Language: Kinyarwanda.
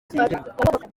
kigenga